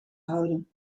houden